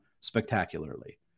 spectacularly